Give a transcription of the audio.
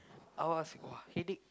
I'll ask !wah! headache